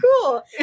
cool